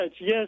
yes